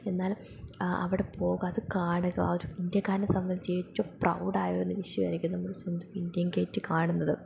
എന്നാൽ അവിടെ പോകുക അതു കാണുക ഒരു ഇന്ത്യക്കാരനെ സംബന്ധിച്ച് ഏറ്റവും പ്രൗഡായ നിമിഷമായിരിക്കും നമ്മുടെ സ്വന്തം ഇന്ത്യൻ ഗേറ്റ് കാണുന്നത്